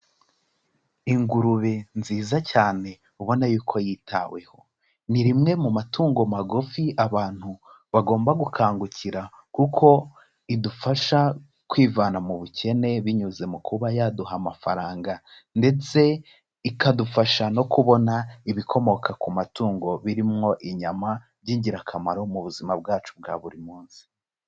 Ingurube nziza cyane ubona y'uko yitaweho, ni rimwe mu matungo magufi abantu bagomba gukangukira kuko idufasha kwivana mu bukene binyuze mu kuba yaduha amafaranga ndetse ikadufasha no kubona ibikomoka ku matungo birimwo inyama, by'ingirakamaro mu buzima bwacu bwa buri munsi.